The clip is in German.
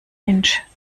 inch